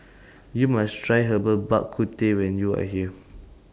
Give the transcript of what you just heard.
YOU must Try Herbal Bak Ku Teh when YOU Are here